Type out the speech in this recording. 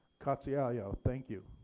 qe'ciyewew. thank you.